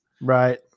Right